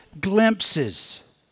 glimpses